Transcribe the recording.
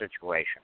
situation